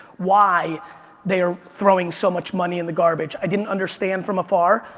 why they are throwing so much money in the garbage. i didn't understand from afar.